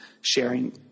sharing